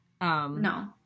no